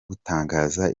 gutangaza